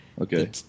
Okay